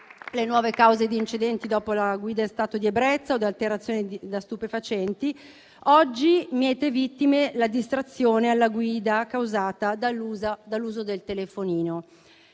le nuove cause di incidenti. Dopo la guida in stato di ebbrezza o di alterazione da stupefacenti, oggi miete vittime la distrazione alla guida causata dall'uso del telefonino: